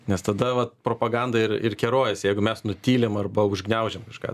nes tada vat propaganda ir ir kerojasi jeigu mes nutylim arba užgniaužiam kažką